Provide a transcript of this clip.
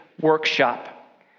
workshop